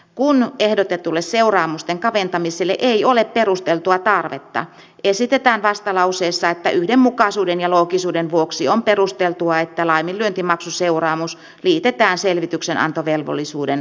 kun ehdotetulle seuraamusten kaventamiselle ei ole perusteltua tarvetta esitetään vastalauseessa että yhdenmukaisuuden ja loogisuuden vuoksi on perusteltua että laiminlyöntimaksuseuraamus liitetään selvityksenantovelvollisuuden laiminlyöntiin